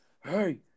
hey